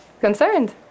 Concerned